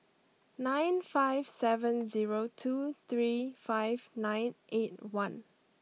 nine five seven zero two three five nine eight one